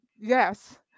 yes